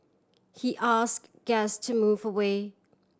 he asked guest to move away